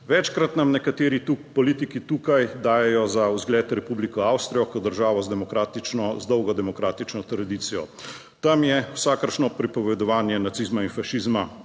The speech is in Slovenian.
Večkrat nam nekateri politiki tukaj dajejo za vzgled Republiko Avstrijo kot državo z demokratično, z dolgo demokratično tradicijo. Tam je vsakršno pripovedovanje nacizma in fašizma